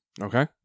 Okay